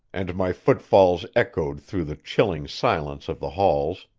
and my footfalls echoed through the chilling silence of the halls.